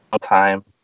time